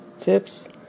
tips